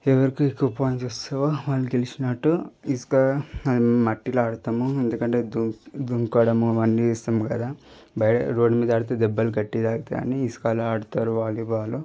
ఎవరికి ఎక్కువ పాయింట్స్ వస్తాయో వాళ్ళు గెలిచినట్టు ఇసుక మట్టిలో ఆడతాము ఎందుకంటే దుక్ దూకడము అవన్నీ చేస్తాం కదా బయట రోడ్ మీద ఆడితే దెబ్బలు గట్టిగా తాకుతాయి అని ఇసుకలో ఆడతారు వాలీబాల్